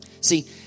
See